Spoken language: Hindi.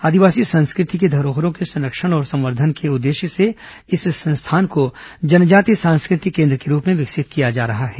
आदिवासी संस्कृति की धरोहरों के संरक्षण और संवर्धन के उद्देश्य से इस संस्थान को जनजाति सांस्कृतिक केन्द्र के रूप में विकसित किया जा रहा है